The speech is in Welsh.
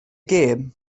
gêm